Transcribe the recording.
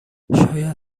شاید